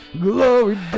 Glory